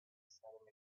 sudden